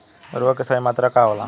उर्वरक के सही मात्रा का होला?